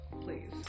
please